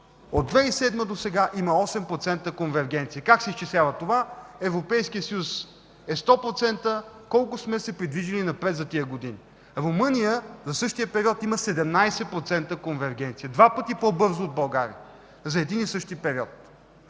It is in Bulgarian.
от 2007 г. досега има 8% конвергенция. Как се изчислява това? Европейският съюз е 100%, колко сме се придвижили напред за тези години. Румъния за същия период има 17% конвергенция – два пъти по-бързо от България за един и същи период.